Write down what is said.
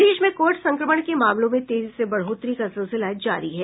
प्रदेश में कोविड संक्रमण के मामलों में तेजी से बढोतरी का सिलसिला जारी है